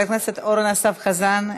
חבר הכנסת אורן אסף חזן,